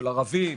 של ערבים,